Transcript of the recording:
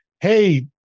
Hey